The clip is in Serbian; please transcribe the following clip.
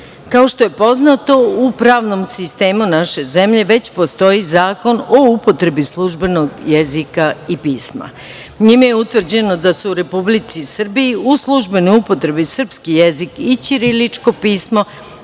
što je poznato, u pravnom sistemu naše zemlje već postoji Zakon o upotrebi službenog jezika i pisma. Njime je utvrđeno da su u Republici Srbiji u službenoj upotrebi srpski jezik i ćiriličko pismo,